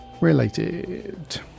related